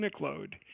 load